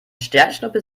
sternschnuppe